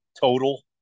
total